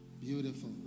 Beautiful